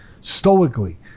stoically